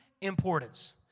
importance